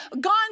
gone